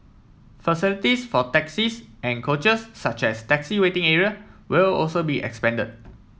facilities for taxis and coaches such as taxi waiting area will also be expanded